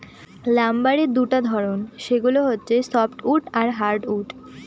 লাম্বারের দুটা ধরন, সেগুলো হচ্ছে সফ্টউড আর হার্ডউড